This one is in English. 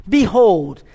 Behold